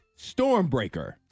Stormbreaker